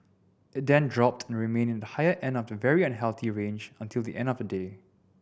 it then dropped and remained in the higher end of the very unhealthy range until the end of the day